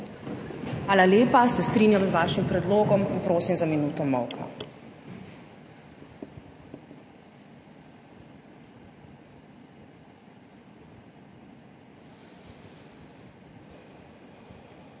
Hvala lepa. Se strinjam z vašim predlogom. Prosim za minuto molka. / minuta